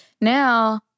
now